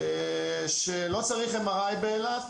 שלא צריך MRI באילת,